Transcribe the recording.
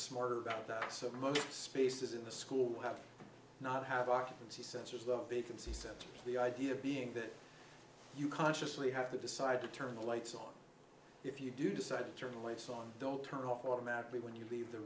smarter about that so most spaces in the school have not have occupancy sensors the vacancy center the idea being that you consciously have to decide to turn the lights off if you do decide to turn the lights on don't turn off automatically when you leave the